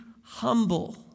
humble